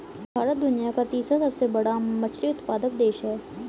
भारत दुनिया का तीसरा सबसे बड़ा मछली उत्पादक देश है